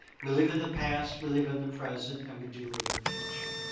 we live in the past, we live in the present, and we do live in the future.